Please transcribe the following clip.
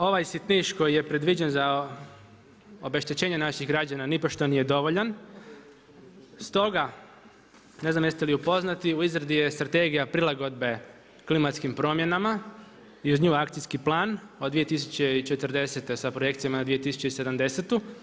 Ovaj sitniš koji je predviđen za obeštećenje naših građana nipošto nije dovoljan, stoga ne znam jeste li upoznati u izradi je strategija prilagodbe klimatskim promjenama i uz nju akcijski plan od 2040. sa projekcijama na 2070.